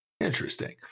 Interesting